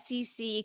SEC